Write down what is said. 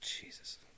jesus